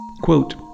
quote